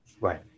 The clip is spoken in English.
Right